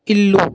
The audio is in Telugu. ఇల్లు